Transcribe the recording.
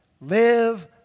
Live